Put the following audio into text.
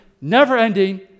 never-ending